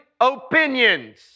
opinions